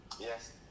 Yes